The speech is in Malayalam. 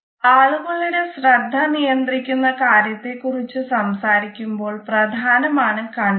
ആളുകളുടെ ശ്രദ്ധ നിയന്ത്രിക്കുന്ന കാര്യത്തെ കുറിച്ച് സംസാരിക്കുമ്പോൾ പ്രധാനമാണ് കണ്ണുകൾ